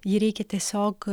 jį reikia tiesiog